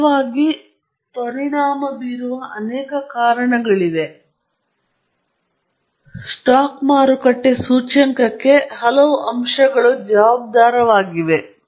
ನಿಜವಾಗಿ ಪರಿಣಾಮ ಬೀರುವ ಅನೇಕ ಕಾರಣಗಳಿವೆ ಸ್ಟಾಕ್ ಮಾರುಕಟ್ಟೆ ಸೂಚ್ಯಂಕಕ್ಕೆ ಹಲವು ಅಂಶಗಳು ಜವಾಬ್ದಾರವಾಗಿವೆ